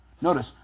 notice